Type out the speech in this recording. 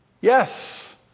Yes